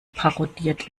parodiert